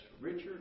Richard